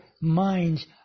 minds